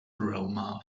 aroma